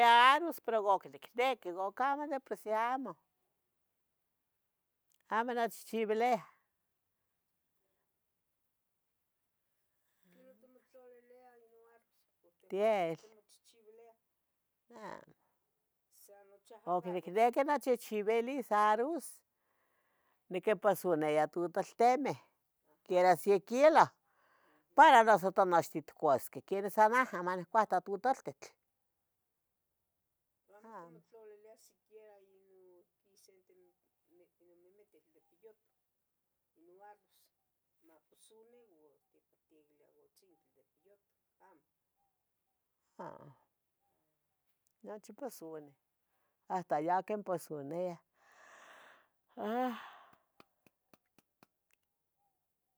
Aros pero goc nicnequi uo tlacamo de por sí amo. Amo nechchevelia.-¿Quin timotlalilia moaros?, ¿tlenoh ticomtlaliliah moarros? o ¿quen ticmochechevelia? Tiel, amo cuac nicniqui nicmochihchivilis arroz, niquinposunia tutultimeh siquiera se kiloh para noso tonochtin itcuasqueh, quenih san naja maniccuahto totultitl, Amo. Tocomotlalilia inon siquiera sente inimitiu piyot, ¿amo? Amo, nochih posoni, hasta yanquin posunia.